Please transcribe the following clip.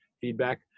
feedback